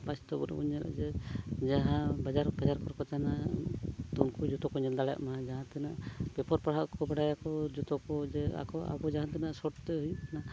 ᱵᱟᱥᱛᱚᱵᱽ ᱵᱚᱱ ᱧᱮᱞᱮᱫᱼᱟ ᱡᱮ ᱡᱟᱦᱟᱸ ᱵᱟᱡᱟᱨ ᱵᱟᱡᱟᱨ ᱠᱚᱨᱮ ᱠᱚ ᱛᱟᱦᱮᱱᱟ ᱩᱱᱠᱩ ᱡᱚᱛᱚ ᱠᱚ ᱧᱮᱞ ᱫᱟᱲᱮᱭᱟᱜ ᱢᱟ ᱡᱟᱦᱟᱸ ᱛᱤᱱᱟᱹᱜ ᱯᱮᱯᱟᱨ ᱯᱟᱲᱦᱟᱜ ᱠᱚ ᱵᱟᱲᱟᱭᱟᱠᱚ ᱡᱚᱛᱚ ᱠᱚ ᱡᱮ ᱟᱠᱚ ᱡᱟᱦᱟᱸ ᱛᱤᱱᱟᱹᱜ ᱥᱚᱨᱴ ᱛᱮ ᱦᱩᱭᱩᱜ ᱠᱟᱱᱟ